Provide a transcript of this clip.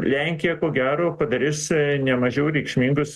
lenkija ko gero padarys ne mažiau reikšmingus